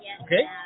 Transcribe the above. Okay